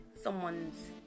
someone's